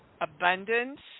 abundance